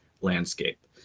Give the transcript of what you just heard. landscape